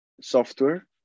software